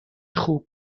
خوب